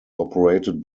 operated